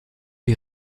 die